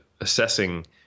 assessing